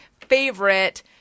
favorite